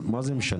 מה זה משנה?